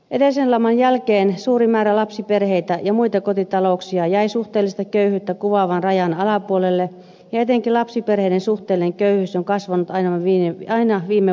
edellisen laman jälkeen suuri määrä lapsiperheitä ja muita kotita louksia jäi suhteellista köyhyyttä kuvaavan rajan alapuolelle ja etenkin lapsiperheiden suhteellinen köyhyys on kasvanut aina viime vuosiin asti